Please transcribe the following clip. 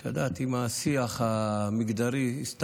את יודעת, עם השיח המגדרי, הסתבכנו,